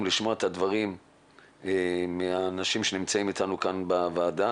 לשמוע את הדברים מהאנשים שנמצאים איתנו בוועדה